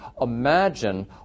Imagine